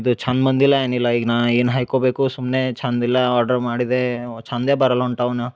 ಇದು ಚಂದ್ ಬಂದಿಲ್ಲ ಏನಿಲ್ಲ ಈಗ ನಾ ಏನು ಹಾಯ್ಕೊಬೇಕು ಸುಮ್ಮನೆ ಚಂದ್ ಇಲ್ಲ ಆರ್ಡ್ರ್ ಮಾಡಿದೆ ಚಂದೆ ಬರಲ್ಲ ಹೊಂಟವ್ನ